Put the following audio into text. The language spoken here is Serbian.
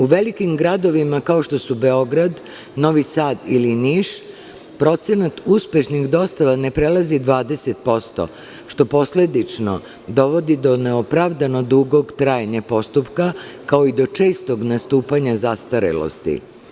U velikim gradovima, kao što su Beograd, Novi Sad ili Niš, procenat uspešnih dostava ne prelazi 20%, što posledično dovodi do neopravdano dugog trajanja postupka, kao i do čestog nastupanja zastarelosti.